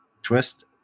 twist